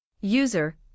User